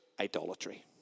idolatry